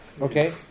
Okay